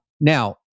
Now